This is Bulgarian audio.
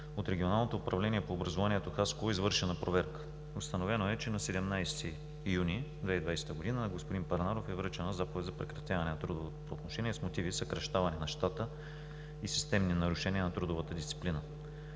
от Регионалното управление на образованието в Хасково е извършена проверка. Установено е, че на 17 юни 2020 г. на господин Парнаров е връчена заповед за прекратяване на трудовото правоотношение с мотиви – съкращаване на щата и системни нарушения на трудовата дисциплина.